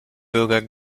bürger